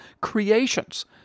creations